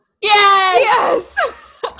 yes